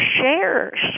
shares